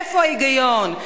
איפה ההיגיון?